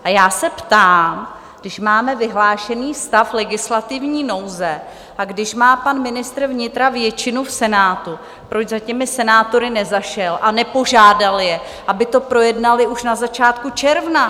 A já se ptám, když máme vyhlášený stav legislativní nouze, a když má pan ministr vnitra většinu v Senátu, proč za těmi senátory nezašel a nepožádal je, aby to projednali už na začátku června.